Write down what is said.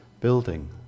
building